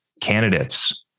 candidates